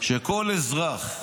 שכל אזרח,